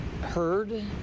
heard